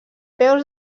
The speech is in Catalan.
peus